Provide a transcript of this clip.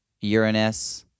Uranus